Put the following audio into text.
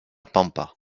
pampa